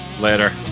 Later